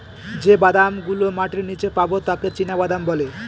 যে বাদাম গুলো মাটির নীচে পাবে তাকে চীনাবাদাম বলে